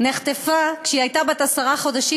נחטפה כשהיא הייתה בת עשרה חודשים,